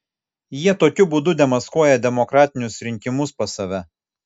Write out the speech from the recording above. jie tokiu būdu demaskuoja demokratinius rinkimus pas save